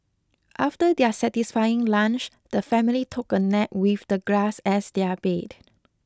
after their satisfying lunch the family took a nap with the grass as their bed